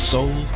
Soul